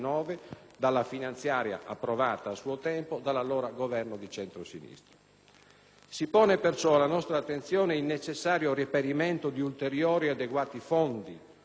Si pone perciò alla nostra attenzione il necessario reperimento di ulteriori e adeguati fondi per la partecipazione italiana alle stesse operazioni per il secondo semestre dell'anno.